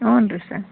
ಊನ್ರೀ sir